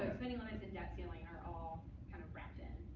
spending limits and debt ceiling are all kind of wrapped in.